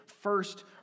first